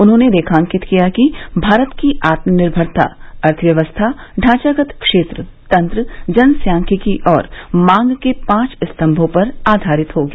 उन्होंने रेखांकित किया कि भारत की आत्मनिर्भरता अर्थव्यवस्था ढांचागत क्षेत्र तंत्र जनसांख्यिकी और मांग के पांच स्तम्भों पर आधारित होगी